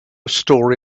story